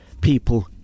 people